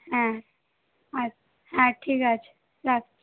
হ্যাঁ আর হ্যাঁ ঠিক আছে রাখছি